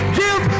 give